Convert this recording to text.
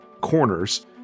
corners